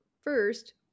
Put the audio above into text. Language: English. First